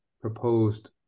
proposed